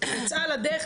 יצאה לדרך,